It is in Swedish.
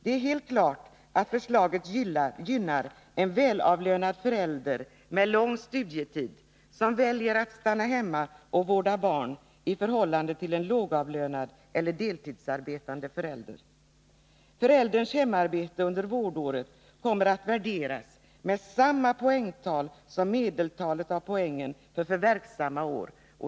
Det är helt klart att förslaget gynnar en välavlönad förälder med lång studietid, som väljer att stanna hemma och vårda barn, i förhållande till en lågavlönad eller deltidsarbetande förälder. Förälderns hemarbete under vårdåret kommer att värderas med samma poängtal som medeltalet av poängen för verksamma år.